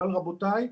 אבל, רבותיי,